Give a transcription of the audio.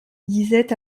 disait